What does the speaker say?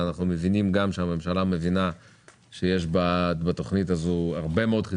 אנחנו יודעים שהממשלה מבינה את החסרונות הרבים שיש בתוכנית ולכן